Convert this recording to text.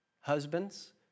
Husbands